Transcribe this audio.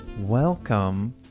welcome